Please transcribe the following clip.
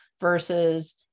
versus